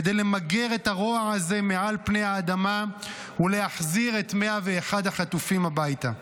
כדי למגר את הרוע הזה מעל פני האדמה ולהחזיר את 101 החטופים הביתה.